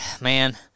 man